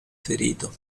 ferito